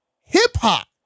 hip-hop